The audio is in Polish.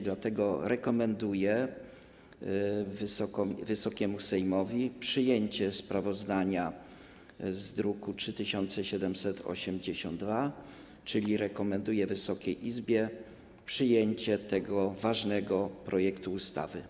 Dlatego rekomenduję Wysokiemu Sejmowi przyjęcie sprawozdania z druku nr 3782, czyli rekomenduję Wysokiej Izbie przyjęcie tego ważnego projektu ustawy.